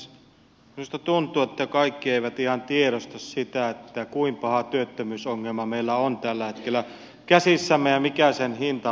minusta tuntuu että kaikki eivät ihan tiedosta sitä kuinka paha työttömyysongelma meillä on tällä hetkellä käsissämme ja mikä sen hintalappu on